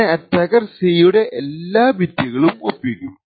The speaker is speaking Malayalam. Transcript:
ഇങ്ങനെ അറ്റാക്കർ C യുടെ എല്ലാ ബിറ്റുകളും ഒപ്പിക്കും